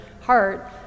heart